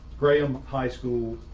graham high school,